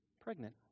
pregnant